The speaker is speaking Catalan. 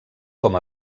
com